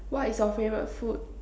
what is your favourite food